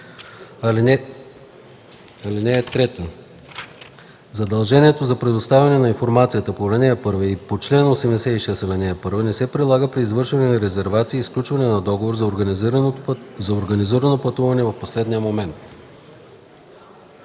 поща. (3) Задължението за предоставяне на информация по ал. 1 и по чл. 86, ал. 1 не се прилага при извършване на резервации и сключване на договор за организирано пътуване в последния момент.”